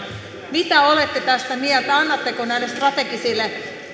mitä olette tästä mieltä annatteko näille strategisille